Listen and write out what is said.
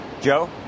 Joe